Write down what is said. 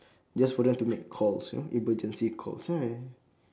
just for them to make calls you know emergency calls ya ya